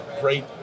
great